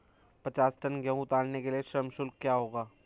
पचास टन गेहूँ उतारने के लिए श्रम शुल्क क्या होगा?